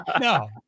No